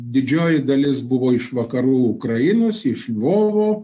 didžioji dalis buvo iš vakarų ukrainos iš lvovo